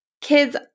Kids